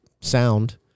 sound